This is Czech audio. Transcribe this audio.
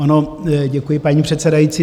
Ano, děkuji, paní předsedající.